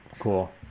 cool